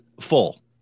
full